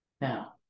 Now